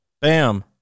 Bam